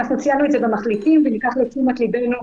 אנחנו ציינו את זה במחליטים וניקח לתשומת ליבנו.